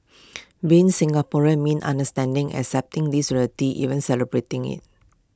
being Singaporean means understanding accepting this reality even celebrating IT